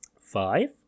Five